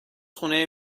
خونه